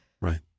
Right